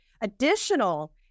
additional